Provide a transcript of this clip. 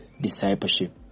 discipleship